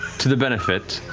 to the benefit